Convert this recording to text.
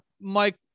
Mike